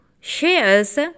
shares